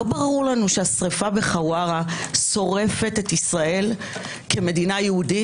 לא ברור לנו שהשריפה בחווארה שורפת את ישראל כמדינה יהודית?